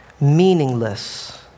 Meaningless